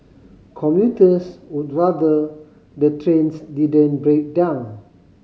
commuters would rather the trains didn't break down